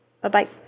Bye-bye